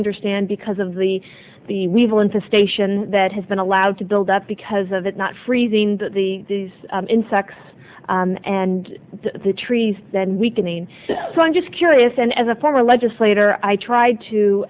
understand because of the the weevil infestation that has been allowed to build up because of it not freezing the these insects and the trees then weakening so i'm just curious and as a former legislator i tried to